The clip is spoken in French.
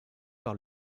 par